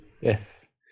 Yes